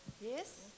Yes